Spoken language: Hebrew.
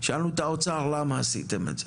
שאלנו את האוצר: "למה עשיתם את זה?",